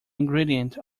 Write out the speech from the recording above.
ingredient